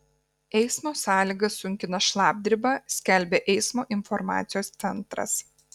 eismo sąlygas sunkina šlapdriba skelbia eismo informacijos centras